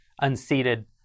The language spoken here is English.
Unseated